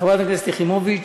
חברת הכנסת יחימוביץ,